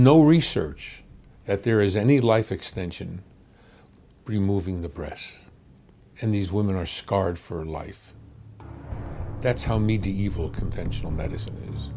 no research that there is any life extension removing the press and these women are scarred for life that's how medieval conventional medicine